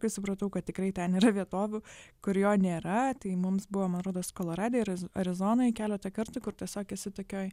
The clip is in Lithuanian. supratau kad tikrai ten yra vietovių kur jo nėra tai mums buvo man rodos kolorade ir arizonoj keletą kartų kur tiesiog esi tokioj